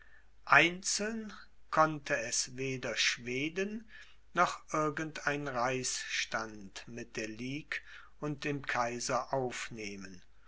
einzeln konnte es weder schweden noch irgend ein reichsstand mit der ligue und dem kaiser aufnehmen